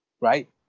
right